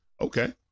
Okay